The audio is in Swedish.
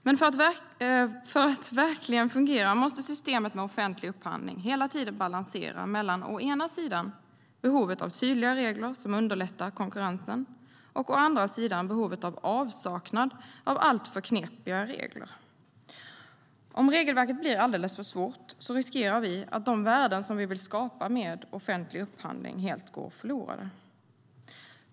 Men för att verkligen fungera måste systemet med offentlig upphandling hela tiden balansera mellan å ena sidan behovet av tydliga regler som underlättar konkurrensen och å andra sidan behovet av avsaknad av alltför knepiga regler. Om regelverket blir alldeles för svårt riskerar vi att de värden som vi vill skapa med offentlig upphandling helt går förlorade.